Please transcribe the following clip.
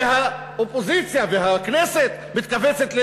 והאופוזיציה והכנסת מתכווצות,